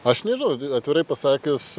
aš nežinau atvirai pasakius